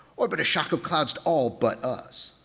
or but a shock of clouds to all but us?